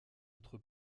autre